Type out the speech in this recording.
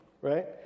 right